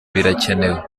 birakenewe